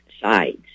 sides